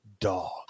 dog